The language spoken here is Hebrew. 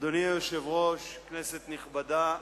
אדוני היושב-ראש, כנסת נכבדה,